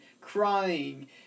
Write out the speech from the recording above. crying